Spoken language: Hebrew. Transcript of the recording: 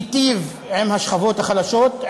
ייטיב עם השכבות החלשות,